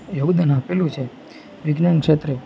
યોગદાન આપેલું છે વિજ્ઞાન ક્ષેત્રે